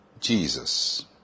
Jesus